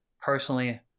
personally